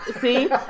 see